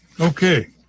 okay